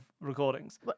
recordings